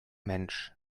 mensch